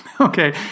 Okay